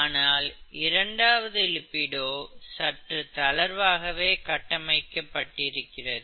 ஆனால் இரண்டாவது லிபிடோ சற்று தளர்வாகவே கட்டமைக்கப்பட்டிருக்கிறது